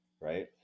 right